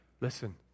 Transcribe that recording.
Listen